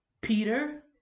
Peter